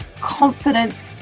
confidence